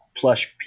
plush